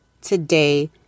today